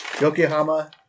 Yokohama